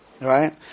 Right